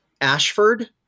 Ashford